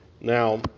Now